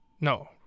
No